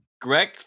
Greg